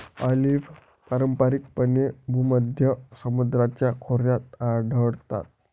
olive पारंपारिकपणे भूमध्य समुद्राच्या खोऱ्यात आढळतात